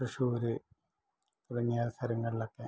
തൃശ്ശൂര് തുടങ്ങിയ സ്ഥലങ്ങളിലൊക്കെ